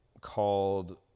called